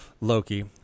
Loki